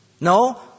No